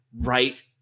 right